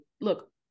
look